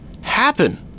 happen